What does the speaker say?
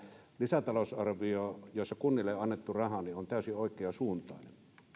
lisätalousarvio jossa kunnille on annettu rahaa on täysin oikeasuuntainen